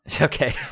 Okay